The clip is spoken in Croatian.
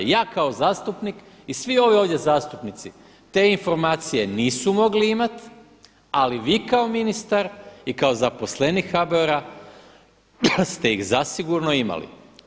Ja kao zastupnik i svi ovi ovdje zastupnici te informacije nisu mogli imati ali vi kao ministar i kao zaposlenik HBOR-a ste iz zasigurno imali.